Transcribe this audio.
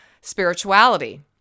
spirituality